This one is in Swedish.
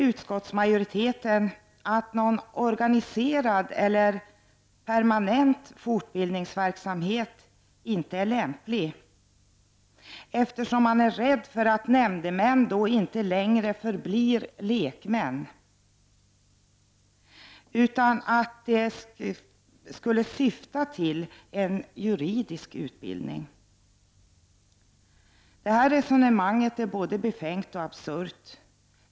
Utskottsmajoriteten anser att någon organiserad eller permanent fortbildningsverksamhet inte är lämplig, eftersom man är rädd för att nämndemännen då inte längre förblir lekmän. Det skulle syfta till en juridisk utbildning. Detta resonemang är både befängt och absurt.